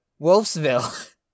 Wolfsville